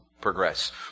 progress